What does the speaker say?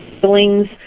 feelings